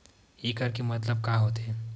एकड़ के मतलब का होथे?